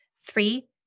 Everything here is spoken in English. Three